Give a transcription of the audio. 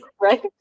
Right